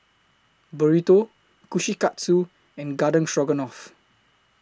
Burrito Kushikatsu and Garden Stroganoff